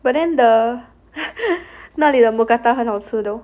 but then the 那里的 mookata 很好吃 though